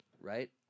right